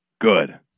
Good